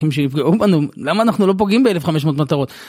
אם שיפגעו בנו למה אנחנו לא פוגעים ב-1500 מטרות.